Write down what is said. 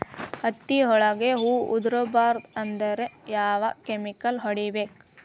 ಹತ್ತಿ ಒಳಗ ಹೂವು ಉದುರ್ ಬಾರದು ಅಂದ್ರ ಯಾವ ಕೆಮಿಕಲ್ ಹೊಡಿಬೇಕು?